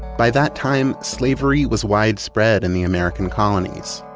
by that time, slavery was widespread in the american colonies.